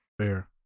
fair